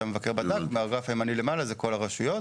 לעומת הגרף של כל הרשויות.